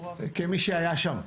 כמי שהיה שם,